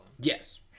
Yes